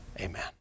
amen